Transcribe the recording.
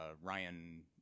Ryan